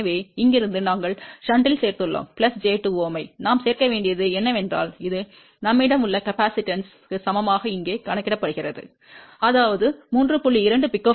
எனவே இங்கிருந்து நாங்கள் ஷண்டில் சேர்த்துள்ளோம் j 2 ஐ நாம் சேர்க்க வேண்டியது என்னவென்றால் அது நம்மிடம் உள்ள கொள்ளளவுக்கு capacitance சமம் இங்கே கணக்கிடப்படுகிறது அதாவது 3